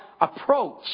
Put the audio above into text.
approach